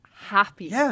Happy